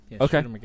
Okay